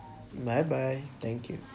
bye bye thank you